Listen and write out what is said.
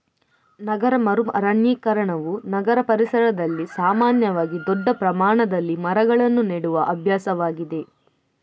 ನಗರ ಮರು ಅರಣ್ಯೀಕರಣವು ನಗರ ಪರಿಸರದಲ್ಲಿ ಸಾಮಾನ್ಯವಾಗಿ ದೊಡ್ಡ ಪ್ರಮಾಣದಲ್ಲಿ ಮರಗಳನ್ನು ನೆಡುವ ಅಭ್ಯಾಸವಾಗಿದೆ